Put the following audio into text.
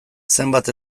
zenbat